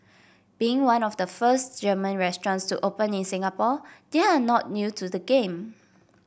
being one of the first German restaurants to open in Singapore they are not new to the game